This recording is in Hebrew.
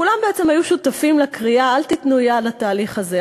כולם בעצם היו שותפים לקריאה: אל תיתנו יד לתהליך הזה,